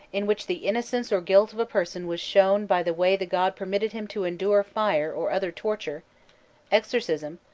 in which the innocence or guilt of a person was shown by the way the god permitted him to endure fire or other torture exorcism,